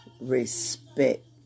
respect